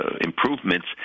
improvements